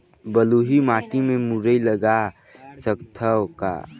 बलुही माटी मे मुरई लगा सकथव का?